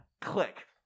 click